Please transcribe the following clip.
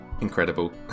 Incredible